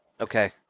Okay